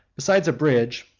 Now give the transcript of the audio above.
besides a bridge,